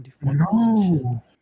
No